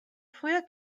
früher